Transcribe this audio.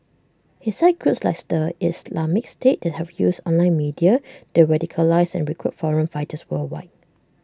he cited groups like the Islamic state that have used online media to radicalise and recruit foreign fighters worldwide